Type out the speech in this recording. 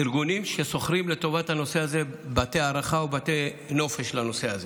ארגונים ששוכרים בתי הארחה או בתי נופש לטובת הנושא.